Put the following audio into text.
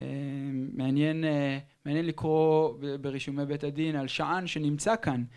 א..מעניין אה.. מעניין לקרוא ב..ברישומי בית הדין על שען שנמצא כאן